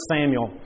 Samuel